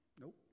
Nope